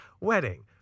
wedding